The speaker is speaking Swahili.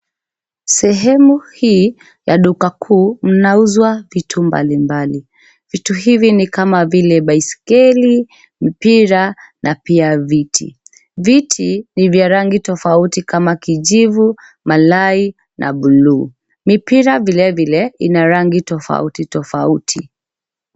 Sehemu hii ya duka kuu mnauzwa vitu mbali mbali. Vitu hivi ni kama vile: baiskeli, mpira na pia viti. Viti ni vya rangi tofauti kama: kijivu, malai na buluu. Mipira vile vile, ina rangi tofauti tofauti.